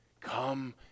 Come